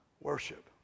Worship